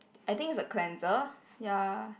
I think is a cleanser ya